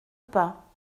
pas